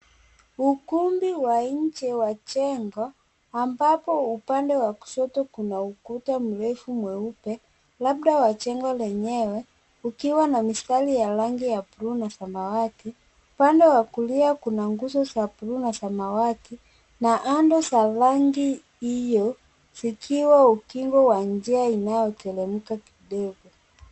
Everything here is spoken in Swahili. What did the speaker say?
Ukumbi wa nje wa jengo ambapo upande wa kushoto kuna ukuta mrefu mweupe labda wa jengo lenyewe ukiwa na mistari ya rangi ya buluu na samawati. Upande wa kulia nguzo za buluu na samawati na handle za rangi hiyo zikiwa ukingo wa njia inaoteremka kidogo.